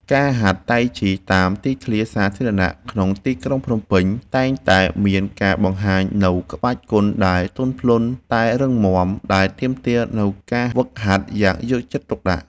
ការហាត់តៃជីតាមទីធ្លាសាធារណៈក្នុងទីក្រុងភ្នំពេញ តែងតែមានការបង្ហាញនូវក្បាច់គុណដែលទន់ភ្លន់តែរឹងមាំ ដែលទាមទារនូវការហ្វឹកហាត់យ៉ាងយកចិត្តទុកដាក់។